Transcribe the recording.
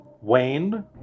Wayne